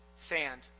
Sand